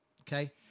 Okay